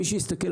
מי שיסתכל,